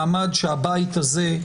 מעמד שהבית הזה,